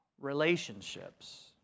relationships